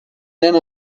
même